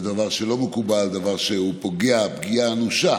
זה דבר שלא מקובל, דבר שפוגע פגיעה אנושה